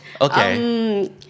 Okay